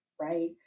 right